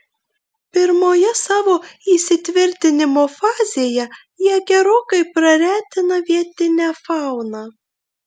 pirmoje savo įsitvirtinimo fazėje jie gerokai praretina vietinę fauną